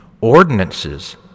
ordinances